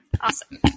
Awesome